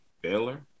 Baylor